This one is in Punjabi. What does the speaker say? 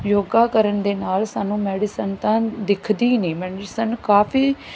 ਯੋਗਾ ਕਰਨ ਦੇ ਨਾਲ ਸਾਨੂੰ ਮੈਡੀਸਨ ਤਾਂ ਦਿਖਦੀ ਨਹੀਂ ਮੈਡੀਸਨ ਕਾਫੀ